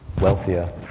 wealthier